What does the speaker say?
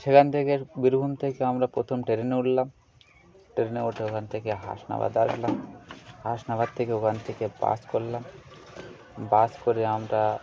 সেখান থেকে বীরভূম থেকে আমরা প্রথম ট্রেনে উঠলাম ট্রেনে উঠে ওখান থেকে হাসনাবাদ আসলাম হাসনাবাদ থেকে ওখান থেকে বাস করলাম বাস করে আমরা